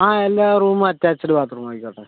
ആ എല്ലാ റൂമും അറ്റാച്ച്ഡ് ബാത്ത് റൂം ആയിക്കോട്ടെ